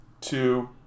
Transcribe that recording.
two